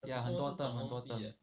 ya 很多 term 很多 term